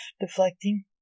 deflecting